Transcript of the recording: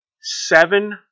seven